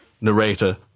narrator